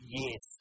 yes